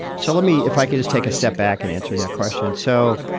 so let me if i could just take a step back and answering that question. so.